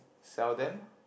sell them